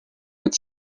mit